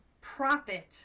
profit